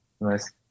nice